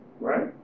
right